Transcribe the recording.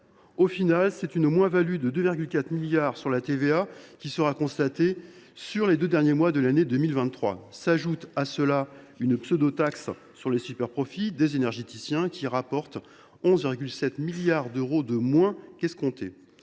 définitive, c’est une moins value de 2,4 milliards d’euros de TVA qui sera enregistrée pour les deux derniers mois de l’année 2023. S’ajoute à cela une pseudo taxe sur les superprofits des énergéticiens, qui rapportera 11,7 milliards d’euros de moins qu’escompté.